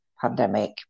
pandemic